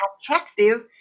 attractive